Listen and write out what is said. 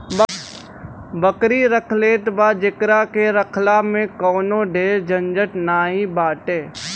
बकरी रख लेत बा जेकरा के रखला में कवनो ढेर झंझट नाइ बाटे